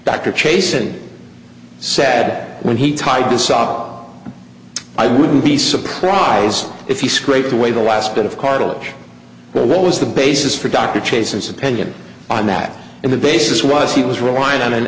dr chasen sad when he tied the saw i wouldn't be surprised if he scraped away the last bit of cartilage well what was the basis for dr chase's opinion on that and the basis was he was relying on an